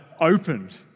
opened